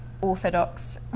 Orthodox